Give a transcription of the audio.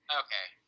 okay